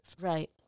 Right